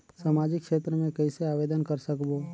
समाजिक क्षेत्र मे कइसे आवेदन कर सकबो?